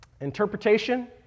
interpretation